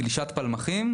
גלישת פלמחים,